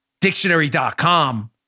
Dictionary.com